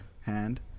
hand